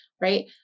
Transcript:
right